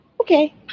Okay